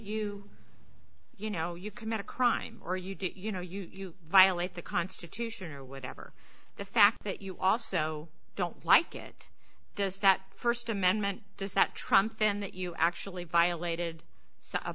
you you know you commit a crime or you do you know you violate the constitution or whatever the fact that you also don't like it does that first amendment does that trump then that you actually violated